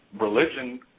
religion